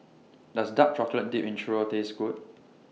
Does Dark Chocolate Dipped Churro Taste Good